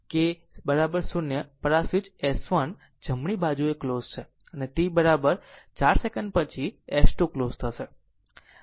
તેથી t 0 પર કે 0 પર આ સ્વીચ S1 જમણી બાજુએ ક્લોઝ છે અને t અને 4 સેકંડ પછી આ S2 ક્લોઝ થશે